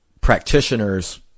practitioners